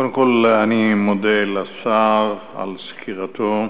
קודם כול אני מודה לשר על סקירתו.